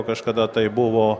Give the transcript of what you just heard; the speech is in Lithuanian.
kažkada tai buvo